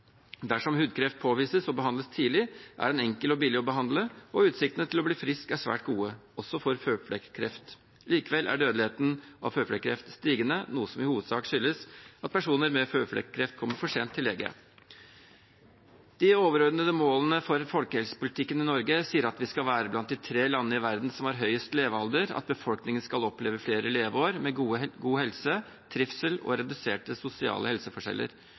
Dersom hudkreft påvises og behandles tidlig, er den enkel og billig å behandle. Utsiktene til å bli frisk er svært gode, også for føflekkreft. Likevel er dødeligheten når det gjelder føflekkreft, stigende, noe som i hovedsak skyldes at personer med føflekkreft kommer for sent til lege. De overordnede målene for folkehelsepolitikken i Norge sier at vi skal være blant de tre landene i verden som har høyest levealder, at befolkningen skal oppleve flere leveår med god helse, trivsel og reduserte sosiale helseforskjeller,